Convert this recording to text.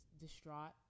distraught